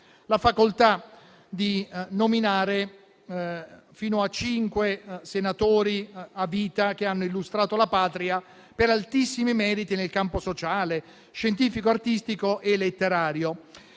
la facoltà di nominare fino a cinque senatori a vita che hanno illustrato la Patria per altissimi meriti nel campo sociale, scientifico, artistico e letterario.